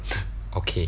okay